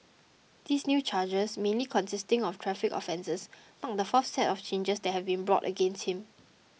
these new charges mainly consisting of traffic offences mark the fourth set of changes that have been brought against him